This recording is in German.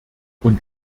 und